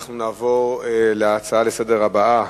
אנחנו נעבור להצעה לסדר-היום הבאה,